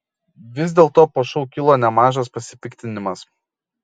vis dėlto po šou kilo nemažas pasipiktinimas